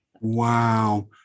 Wow